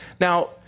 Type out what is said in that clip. Now